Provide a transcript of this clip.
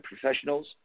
professionals